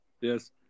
Yes